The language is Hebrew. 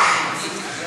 ב-2015, סליחה.